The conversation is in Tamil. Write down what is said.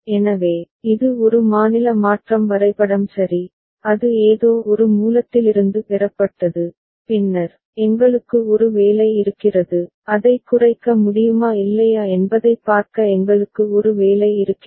எனவே இது ஒரு மாநில மாற்றம் வரைபடம் சரி அது ஏதோ ஒரு மூலத்திலிருந்து பெறப்பட்டது பின்னர் எங்களுக்கு ஒரு வேலை இருக்கிறது அதைக் குறைக்க முடியுமா இல்லையா என்பதைப் பார்க்க எங்களுக்கு ஒரு வேலை இருக்கிறது